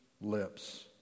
lips